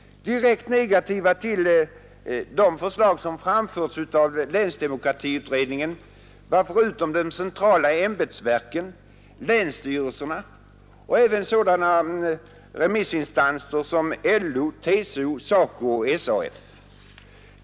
Direkt negativa till de förslag som framförts av länsdemokratiutredningen var, förutom de centrala ämbetsverken, länsstyrelserna och även sådana remissorgan som LO, TCO, SACO och SAF.